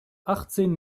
achtzehn